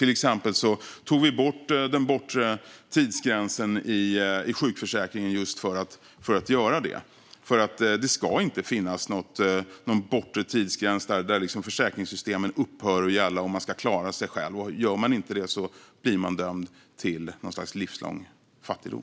Till exempel tog vi bort den bortre tidsgränsen i sjukförsäkringen. Det ska inte finnas en bortre tidsgräns för när försäkringssystemen upphör att gälla och man ska klara sig själv och den som inte gör det blir dömd till något slags livslång fattigdom.